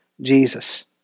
Jesus